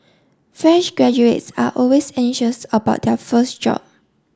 fresh graduates are always anxious about their first job